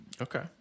Okay